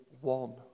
one